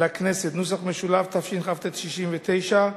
לכנסת , התשכ"ט 1969,